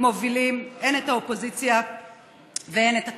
מובילים הן את האופוזיציה והן את הקואליציה.